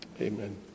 Amen